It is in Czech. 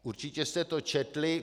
Určitě jste to četli.